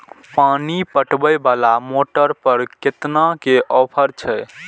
पानी पटवेवाला मोटर पर केतना के ऑफर छे?